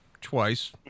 twice